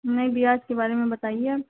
नई भैया इसके बारे में बताईए आ